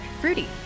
Fruity